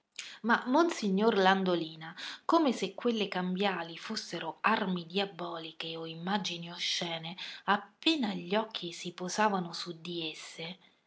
ma monsignor landolina come se quelle cambiali fossero armi diaboliche o imagini oscene appena gli occhi si posavano su esse